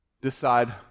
decide